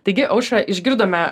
taigi aušra išgirdome